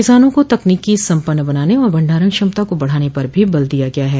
किसानों को तकनीकी सम्पन्न बनाने और भण्डारण क्षमता को बढ़ाने पर भी बल दिया गया है